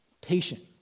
Patient